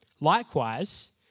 Likewise